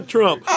Trump